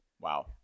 Wow